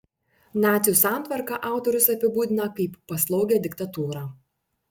nacių santvarką autorius apibūdina kaip paslaugią diktatūrą